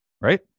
right